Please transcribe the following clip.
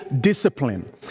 discipline